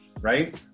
right